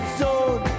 zone